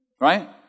Right